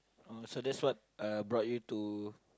so that's what uh brought you to